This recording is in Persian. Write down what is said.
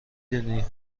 دونی